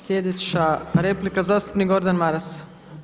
Sljedeća replika zastupnik Gordan Maras.